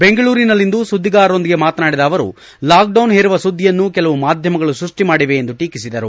ಬೆಂಗಳೂರಿನಲ್ಲಿಂದು ಸುದ್ದಿಗಾರರೊಂದಿಗೆ ಮಾತನಾಡಿದ ಅವರು ಲಾಕ್ಡೌನ್ ಹೇರುವ ಸುದ್ದಿಯನ್ನು ಕೆಲವು ಮಾಧ್ಯಮಗಳು ಸೃಷ್ಷಿ ಮಾಡಿವೆ ಎಂದು ಟೀಕಿಸಿದರು